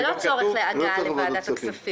וגם לא בתוך הוועדה עצמה.